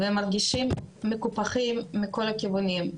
הם מרגישים מקופחים מכל הכיוונים.